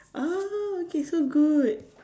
oh okay so good